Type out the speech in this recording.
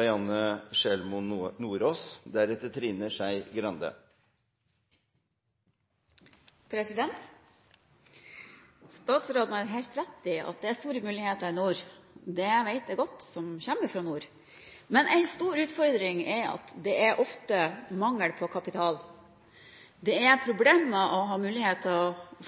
Janne Sjelmo Nordås – til oppfølgingsspørsmål. Statsråden har helt rett i at det er store muligheter i nord. Det vet jeg godt, jeg som kommer fra nord. En stor utfordring er at det ofte er mangel på kapital. Det er problemer med å